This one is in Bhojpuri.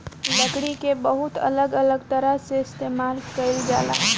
लकड़ी के बहुत अलग अलग तरह से इस्तेमाल कईल जाला